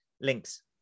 links